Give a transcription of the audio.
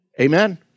Amen